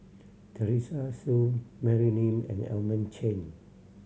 Teresa Hsu Mary Lim and Edmund Chen